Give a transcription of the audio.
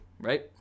right